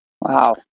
Wow